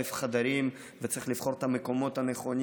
חדרים וצריך לבחור את המקומות הנכונים